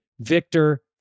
Victor